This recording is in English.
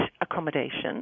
accommodation